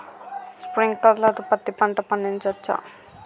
Sprinkler తో పత్తి పంట పండించవచ్చా?